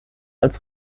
als